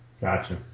Gotcha